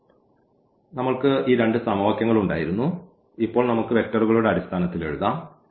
അതിനാൽ നമ്മൾക്ക് ഈ രണ്ട് സമവാക്യങ്ങളുണ്ടായിരുന്നു ഇപ്പോൾ നമുക്ക് വെക്റ്ററുകളുടെ അടിസ്ഥാനത്തിൽ എഴുതാം